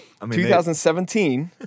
2017